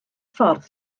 ffordd